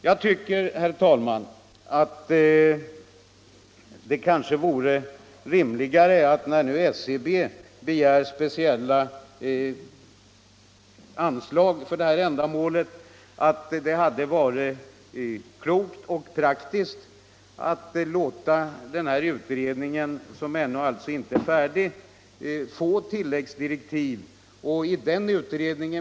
Jag tycker, herr talman, att när nu SCB begär speciella anslag för detta ändamål så hade det varit klokt och praktiskt att låta UFU, som alltså ännu inte är färdig, få tilläggsdirektiv.